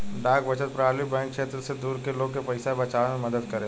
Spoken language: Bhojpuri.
डाक बचत प्रणाली बैंक के क्षेत्र से दूर के लोग के पइसा बचावे में मदद करेला